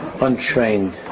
untrained